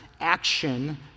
Action